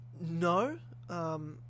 No